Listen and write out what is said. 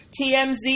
TMZ